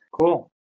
Cool